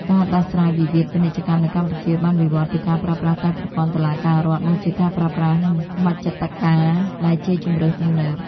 ការដោះស្រាយវិវាទពាណិជ្ជកម្មនៅកម្ពុជាបានវិវត្តពីការប្រើប្រាស់តែប្រព័ន្ធតុលាការរដ្ឋ មកជាការប្រើប្រាស់មជ្ឈត្តការដែលជាជម្រើសទំនើប។